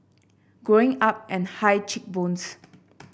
Growing Up and high cheek bones